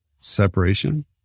separation